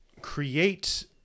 create